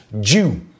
Jew